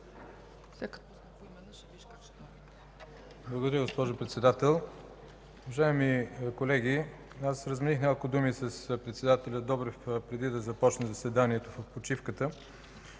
Благодаря, госпожо председател. Уважаеми колеги, аз размених няколко думи с председателя Добрев, преди да започне заседанието, в почивката,